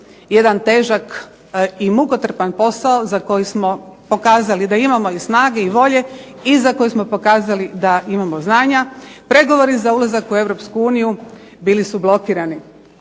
jedan težak i mukotrpan posao za koji smo pokazali da imamo i snage i volje i za koji smo pokazali da imamo znanja. Pregovori za ulazak u EU su bili blokirani.